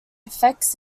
effects